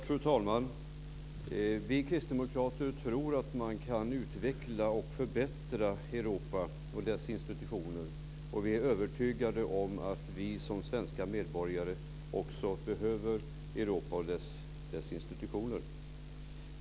Fru talman! Vi kristdemokrater tror att man kan utveckla och förbättra Europa och dess institutioner, och vi är övertygade om att vi som svenska medborgare också behöver Europa och dess institutioner.